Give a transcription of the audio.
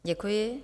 Děkuji.